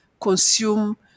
consume